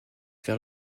vers